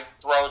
throws